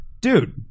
Dude